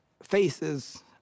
Faces